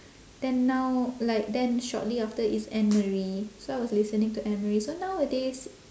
then now like then shortly after it's anne-marie so I was listening to anne-marie so nowadays